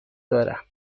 دارم